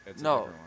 No